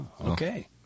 Okay